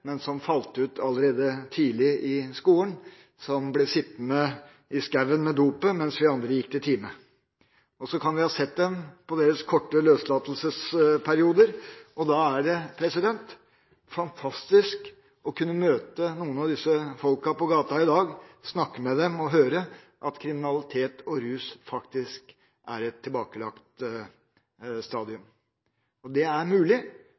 men som falt ut allerede tidlig i skolen, som ble sittende i skogen med dopet mens vi andre gikk til timen. Og så kan vi ha sett dem i deres korte løslatelsesperioder, og da er det fantastisk å kunne møte noen av disse folkene på gata i dag, snakke med dem og høre at kriminalitet og rus faktisk er et tilbakelagt stadium. Det er mulig,